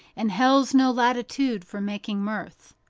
and hell's no latitude for making mirth,